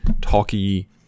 talky